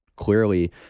Clearly